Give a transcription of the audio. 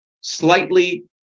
slightly